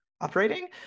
operating